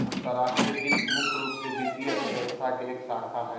अंतर्राष्ट्रीय वित्त मुख्य रूप से वित्तीय अर्थशास्त्र के एक शाखा हय